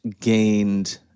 gained